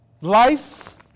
Life